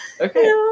Okay